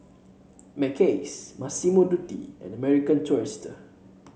Mackays Massimo Dutti and American Tourister